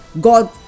God